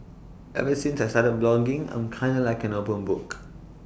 ever since I've started blogging I'm kinda like an open book